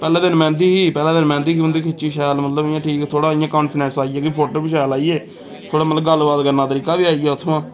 पैह्ले दिन मैंह्दी ही पैह्ले दिन मैंह्दी ही उं'दी खिच्ची शैल मतलब इ'यां ठीक थोह्ड़ा इ'यां कान्फिडस आई गेआ कि फोटो बी शैल आई गे थोह्ड़ा मतलब गल्ल बात करने दा तरीका बी आई गेआ इत्थुआं